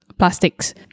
plastics